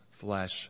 flesh